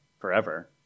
forever